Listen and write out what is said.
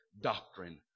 doctrine